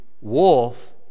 wolf